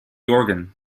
organ